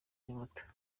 nyamata